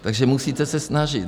Takže musíte se snažit.